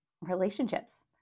relationships